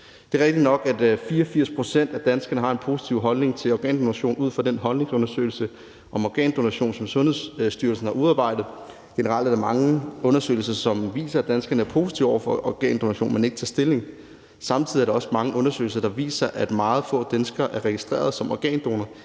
Det er rigtigt nok, at 84 pct. af danskerne har en positiv holdning til organdonation ud fra den holdningsundersøgelse om organdonation, som Sundhedsstyrelsen har udarbejdet. Generelt er der mange undersøgelser, som viser, at danskerne er positive over for organdonation, men ikke tager stilling. Samtidig er der også mange undersøgelser, der viser, at meget få danskere er registreret som organdonorer,